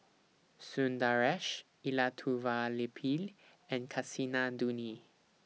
Sundaresh Elattuvalapil and Kasinadhuni